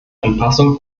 anpassung